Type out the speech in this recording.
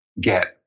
get